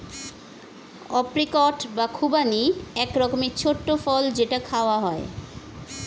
apricot বা খুবানি এক রকমের ছোট্ট ফল যেটা খাওয়া হয়